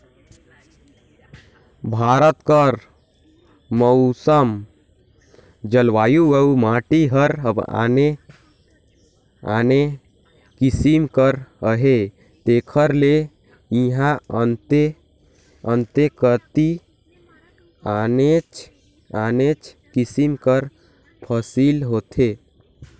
भारत कर मउसम, जलवायु अउ माटी हर आने आने किसिम कर अहे तेकर ले इहां अन्ते अन्ते कती आनेच आने किसिम कर फसिल होथे